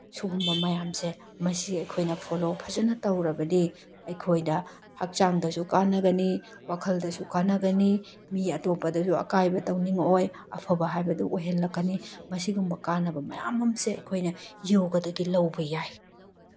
ꯁꯨꯒꯨꯝꯕ ꯃꯌꯥꯝꯁꯦ ꯃꯁꯤ ꯑꯩꯈꯣꯏꯅ ꯐꯣꯂꯣ ꯐꯖꯅ ꯇꯧꯔꯕꯗꯤ ꯑꯩꯈꯣꯏꯗ ꯍꯛꯆꯥꯡꯗꯁꯨ ꯀꯥꯟꯅꯒꯅꯤ ꯋꯥꯈꯜꯗꯁꯨ ꯀꯥꯟꯅꯒꯅꯤ ꯃꯤ ꯑꯇꯣꯞꯄꯗꯁꯨ ꯑꯀꯥꯏꯕ ꯇꯧꯅꯤꯡꯉꯛꯑꯣꯏ ꯑꯐꯕ ꯍꯥꯏꯕꯗꯨ ꯑꯣꯏꯍꯜꯂꯛꯀꯅꯤ ꯃꯁꯤꯒꯨꯝꯕ ꯀꯥꯟꯅꯕ ꯃꯌꯥꯝ ꯑꯃꯁꯦ ꯑꯩꯈꯣꯏꯅ ꯌꯣꯒꯗꯒꯤ ꯂꯧꯕ ꯌꯥꯏ